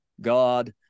God